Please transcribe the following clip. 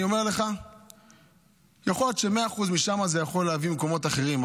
אני אומר לך שיכול להיות ש-100% משם זה יכול להביא ממקומות אחרים,